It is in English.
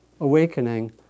awakening